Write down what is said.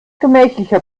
gemächlicher